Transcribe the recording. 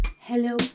hello